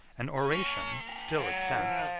an oration, still extant,